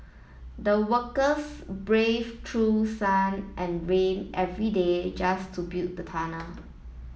the workers braved through sun and rain every day just to build the tunnel